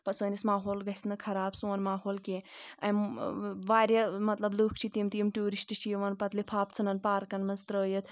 سٲنِس ماحول گژھِ نہٕ خَراب سون ماحول کینٛہہ اَمہِ واریاہ مطلب لُکھ چھِ تِم تہِ یِم ٹوٗرِسٹ چھِ یِوان پتہٕ لِفاف ژھٕنان پارکَن منٛز ترٲوِتھ